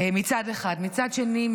מצד שני,